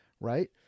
right